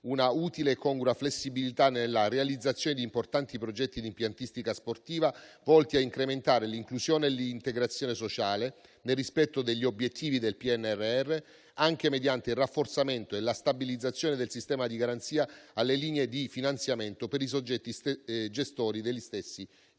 una utile e congrua flessibilità nella realizzazione di importanti progetti d'impiantistica sportiva, volti a incrementare l'inclusione e l'integrazione sociale, nel rispetto degli obiettivi del PNRR, anche mediante il rafforzamento e la stabilizzazione del sistema di garanzia alle linee di finanziamento per i soggetti gestori degli stessi impianti.